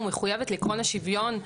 אבל מחויבת לעקרון השוויון,